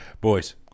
Boys